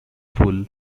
fool